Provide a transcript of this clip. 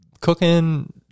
cooking